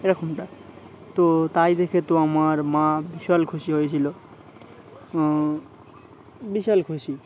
এরকমটা তো তাই দেখে তো আমার মা বিশাল খুশি হয়েছিলো বিশাল খুশি